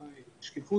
למען השקיפות